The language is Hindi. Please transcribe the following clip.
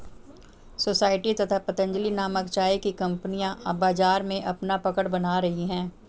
सोसायटी तथा पतंजलि नामक चाय की कंपनियां बाजार में अपना पकड़ बना रही है